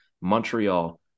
Montreal